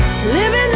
living